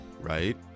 right